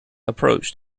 approach